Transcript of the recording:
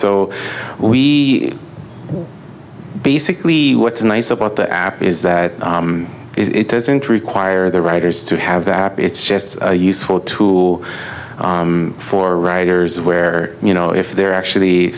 so we basically what's nice about the app is that it doesn't require the writers to have that it's just a useful tool for writers where you know if they're actually